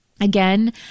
Again